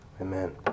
amen